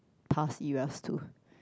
past eras too